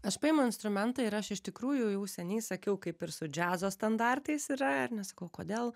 aš paimu instrumentą ir aš iš tikrųjų jau seniai sakiau kaip ir su džiazo standartais yra ar ne sakau kodėl